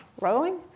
rowing